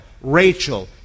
Rachel